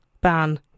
ban